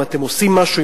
האם אתם עושים משהו,